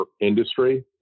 industry